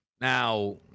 Now